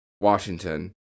Washington